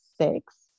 six